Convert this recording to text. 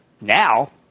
Now